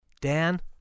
Dan